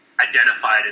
identified